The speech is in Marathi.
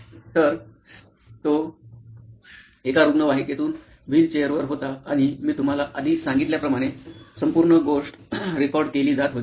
तर तो एका रुग्णवाहिकेतून व्हीलचेयरवर होता आणि मी तुम्हाला आधी सांगितल्याप्रमाणे संपूर्ण गोष्ट रेकॉर्ड केली जात होती